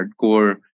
hardcore